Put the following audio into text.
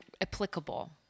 applicable